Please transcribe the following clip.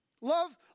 Love